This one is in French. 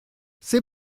c’est